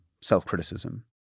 self-criticism